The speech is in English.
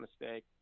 mistake